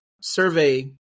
survey